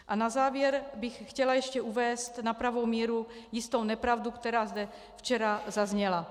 A na závěr bych chtěla ještě uvést na pravou míru jistou nepravdu, která zde včera zazněla.